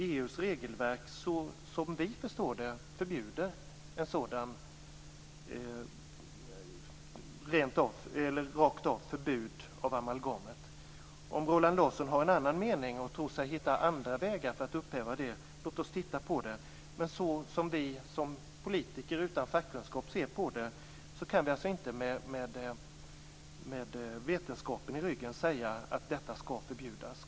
EU:s regelverk tillåter inte, såvitt vi förstår det, ett direkt förbud mot amalgamet. Om Roland Larsson har en annan mening eller tror sig hitta andra vägar för att upphäva det, låt oss då titta på det. Men som politiker utan fackkunskap kan vi inte med vetenskapen i ryggen säga att det skall förbjudas.